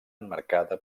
emmarcada